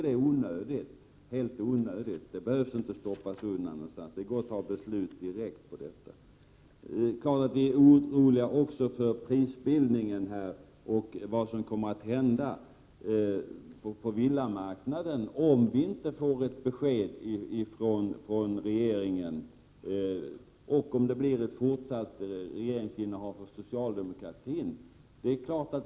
Det är helt onödigt; frågan behöver inte stoppas undan, utan det går bra att fatta beslut direkt om detta. Vi är självfallet också oroliga för prisbildningen och vad som kommer att hända på villamarknaden, om det inte kommer något besked från regeringen och om det blir ett fortsatt socialdemokratiskt regeringsinnehav.